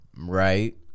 Right